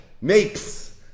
makes